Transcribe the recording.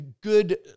good